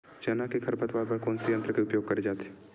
चना के खरपतवार बर कोन से यंत्र के उपयोग करे जाथे?